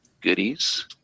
goodies